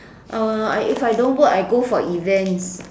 uh if I don't work I go for events